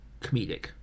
comedic